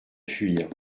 fuir